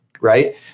right